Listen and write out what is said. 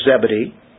Zebedee